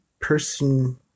person